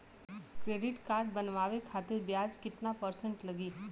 Credit card बनवाने खातिर ब्याज कितना परसेंट लगी?